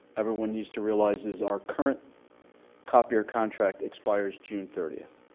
everyone needs to realize is our current copier contract expires june thirty.